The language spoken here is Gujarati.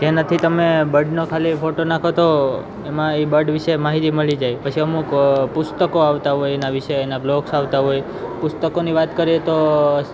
જેનાથી તમે બર્ડનો ખાલી ફોટો નાખો તો એમાં એ બર્ડ વિશે માહિતી મળી જાય પછી અમુક પુસ્તકો આવતા હોય એના વિશે એના બ્લૉગ્સ આવતા હોય પુસ્તકોની વાત કરીએ તો